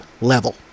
level